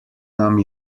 nam